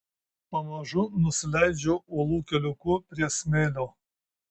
pamažu nusileidžiu uolų keliuku prie smėlio